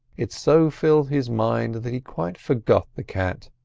it so filled his mind that he quite forgot the cat.